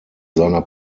seiner